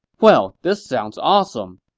well, this sounds awesome,